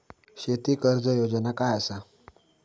शेती कर्ज योजना काय असा?